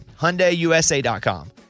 HyundaiUSA.com